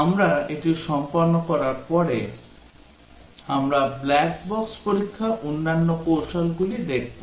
আমরা এটি সম্পন্ন করার পরে আমরা ব্ল্যাক বক্স পরীক্ষার অন্যান্য কৌশলগুলি দেখব